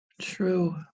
True